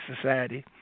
society